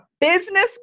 business